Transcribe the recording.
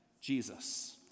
Jesus